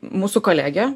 mūsų kolegė